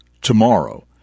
tomorrow